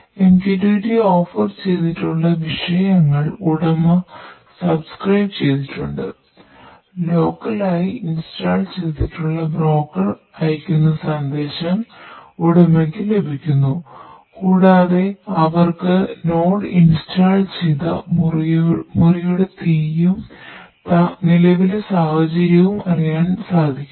MQTT offer ചെയ്ത മുറിയുടെ തീയും നിലവിലെ സാഹചര്യവും അറിയാൻ സാധിക്കുന്നു